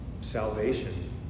salvation